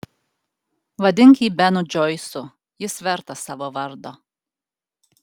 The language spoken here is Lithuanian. vadink jį benu džoisu jis vertas savo vardo